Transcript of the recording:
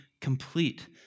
complete